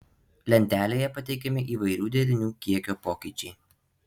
lentelėje pateikiami įvairių derinių kiekio pokyčiai